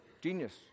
genius